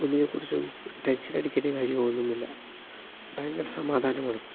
ഒന്നിനെക്കുറിച്ചും tension അടിക്കേണ്ട കാര്യവും ഒന്നുമില്ല ഭയങ്കര സമാധാനമാണ്